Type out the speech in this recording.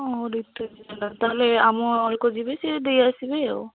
ହଁ ଋତୁ ଜେନା ତା'ହେଲେ ଆମ ଯିବି ସେ ଦେଇଆସିବି ଆଉ